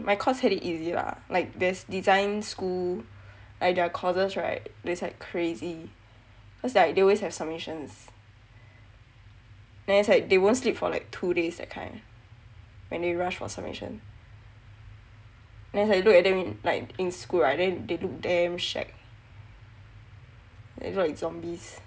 my course had it easy lah like there's design school like their courses right there's like crazy cause like they always have submissions then is like they won't sleep for like two days that kind when they rush for submission and then as I look at them like in school right then they look damn shag like zombies